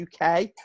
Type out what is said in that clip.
UK